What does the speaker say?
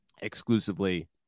exclusively